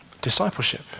discipleship